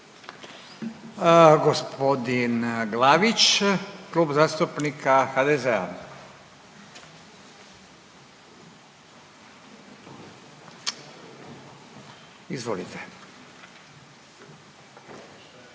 Gospodin Glavić Klub zastupnika HDZ-a, izvolite.